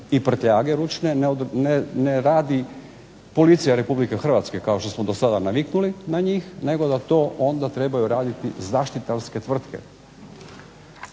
i prtljage ručne, ne radi policija Republike Hrvatske kao što smo do sada naviknuli na njih, nego da to onda trebaju raditi zaštitarske tvrtke.